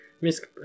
Miss